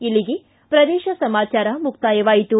ಇಲ್ಲಿಗೆ ಪ್ರದೇಶ ಸಮಾಚಾರ ಮುಕ್ತಾಯವಾಯಿತು